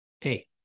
Hey